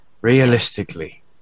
Realistically